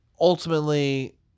ultimately